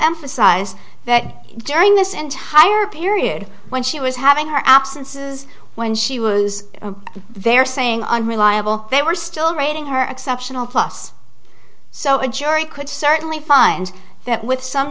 emphasize that during this entire period when she was having her absences when she was there saying unreliable they were still rating her exceptional plus so a jury could certainly find that with some